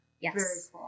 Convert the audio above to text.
Yes